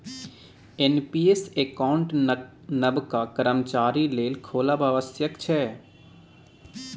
NPS account नबका कर्मचारी लेल खोलब आबश्यक छै